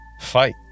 fight